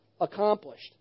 accomplished